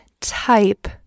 type